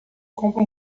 compra